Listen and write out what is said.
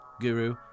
Guru